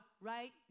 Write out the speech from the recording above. right